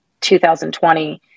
2020